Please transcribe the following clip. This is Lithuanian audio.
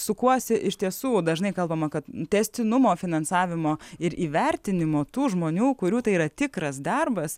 sukuosi iš tiesų dažnai kalbama kad tęstinumo finansavimo ir įvertinimo tų žmonių kurių tai yra tikras darbas